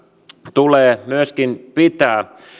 tulee myöskin pitää